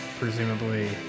presumably